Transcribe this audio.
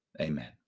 Amen